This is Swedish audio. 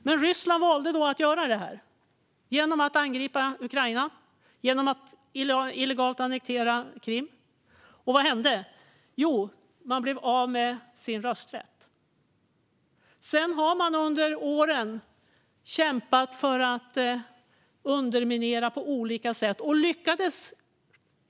Men Ryssland valde att göra detta genom att angripa Ukraina och illegalt annektera Krim. Vad hände? Jo, Ryssland blev av med sin rösträtt. Under åren sedan dess har man kämpat för att underminera på olika sätt - och lyckats.